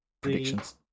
Predictions